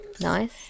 nice